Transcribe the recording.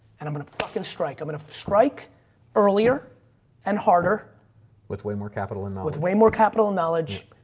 and i'm going to fucking strike, i'm going to strike earlier and harder with way more capital and with way more capital knowledge.